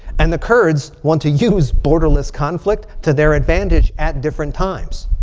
and the kurds want to use borderless conflict to their advantage at different times.